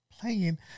playing